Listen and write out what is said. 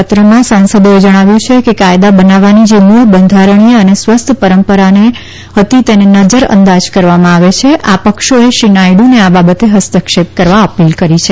પત્રમાં આ સાંસદોએ જણાવ્યું કે કાયદા બનાવવાની જે મૂળ બંધારણીય અને સ્વસ્થ પરંપરાને નજરઅંદાજ કરવામાં આવે છે આ પક્ષોએ શ્રી નાયડુને આ બાબતે હસ્તક્ષેપ કરવા અપીલ કરી છે